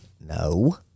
No